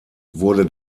wurde